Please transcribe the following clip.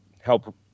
Help